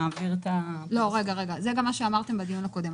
זה גם מה שאמרתם בדיון הקודם.